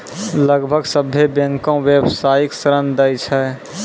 लगभग सभ्भे बैंकें व्यवसायिक ऋण दै छै